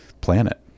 planet